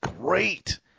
great